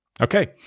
Okay